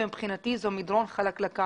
מבחינתי זה מדרון חלקלק.